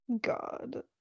God